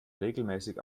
regelmäßig